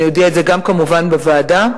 אני אודיע את זה גם, כמובן, בוועדה.